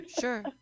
sure